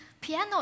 piano